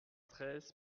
treize